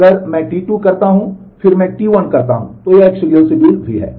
अगर मैं टी 2 करता हूं और फिर मैं टी 1 करता हूं तो यह एक सीरियल शेड्यूल भी है